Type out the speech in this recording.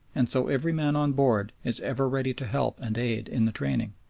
and so every man on board is ever ready to help and aid in the training.